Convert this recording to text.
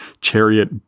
chariot